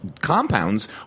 compounds